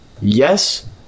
yes